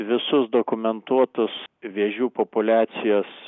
visus dokumentuotus vėžių populiacijos